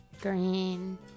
Green